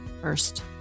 first